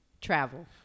Travel